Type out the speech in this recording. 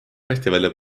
festivali